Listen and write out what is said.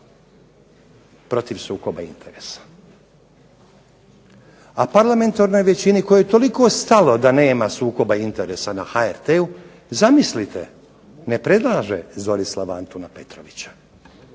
protiv sukoba interesa. A parlamentarnoj većini kojoj je toliko stalo da nema sukoba interesa na HTR-u zamislite ne predlaže Zorislava Antuna Petrovića.